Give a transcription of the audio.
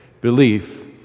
belief